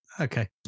Okay